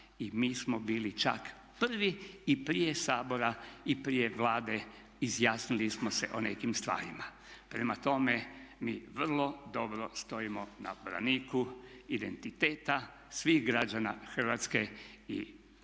i mi smo bili čak prvi i prije Sabora i prije Vlade izjasnili smo se o nekim stvarima. Prema tome, mi vrlo dobro stojimo na braniku identiteta svih građana Hrvatske i bitke